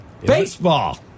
Baseball